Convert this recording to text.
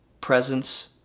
presence